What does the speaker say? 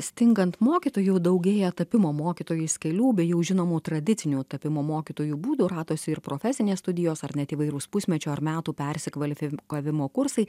stingant mokytojų daugėja tapimo mokytojais kelių bei jų žinomų tradicinių tapimo mokytoju būdų radosi ir profesinės studijos ar net įvairūs pusmečio ar metų persikvalifikavimo kursai